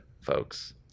folks